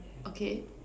okay